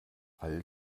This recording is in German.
all